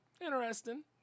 interesting